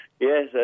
Yes